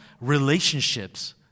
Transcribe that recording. relationships